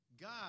God